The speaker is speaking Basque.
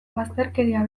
bazterkeria